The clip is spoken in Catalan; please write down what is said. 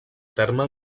terme